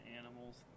animals